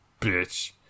Bitch